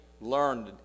learned